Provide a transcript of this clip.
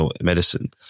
medicine